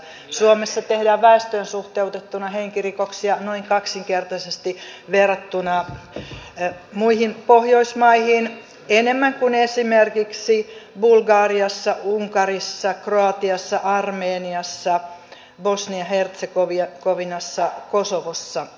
suomessa tehdään väestöön suhteutettuna henkirikoksia noin kaksinkertaisesti verrattuna muihin pohjoismaihin enemmän kuin esimerkiksi bulgariassa unkarissa kroatiassa armeniassa bosnia hertsegovinassa kosovossa